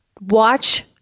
Watch